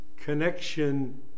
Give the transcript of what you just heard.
connection